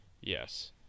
Yes